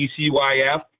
ECYF